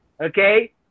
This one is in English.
Okay